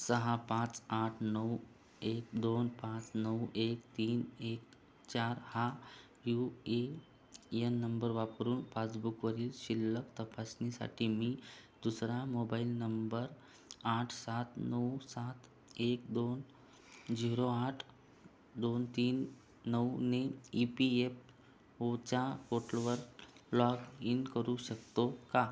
सहा पाच आठ नऊ एक दोन पाच नऊ एक तीन एक चार हा यू ए येन नंबर वापरून पासबुकवरील शिल्लक तपासण्यासाठी मी दुसरा मोबाईल नंबर आठ सात नऊ सात एक दोन झिरो आठ दोन तीन नऊने ई पी एप ओच्या पोटलवर लॉग इन करू शकतो का